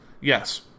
Yes